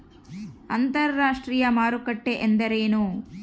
ಅಂತರಾಷ್ಟ್ರೇಯ ಮಾರುಕಟ್ಟೆ ಎಂದರೇನು?